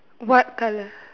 what colour